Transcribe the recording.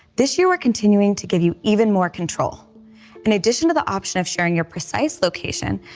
this year we're continuing to give you even more control in addition to the option of showing your precise location,